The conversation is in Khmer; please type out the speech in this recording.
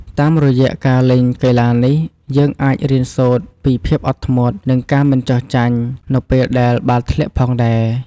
តាមរយៈការលេងកីឡានេះ យើងអាចរៀនសូត្រពី ភាពអត់ធ្មត់ និងការមិនចុះចាញ់ នៅពេលដែលបាល់ធ្លាក់ផងដែរ។